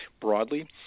broadly